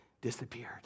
Disappeared